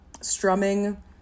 strumming